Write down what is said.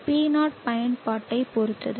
P0 பயன்பாட்டைப் பொறுத்தது